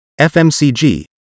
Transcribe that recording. FMCG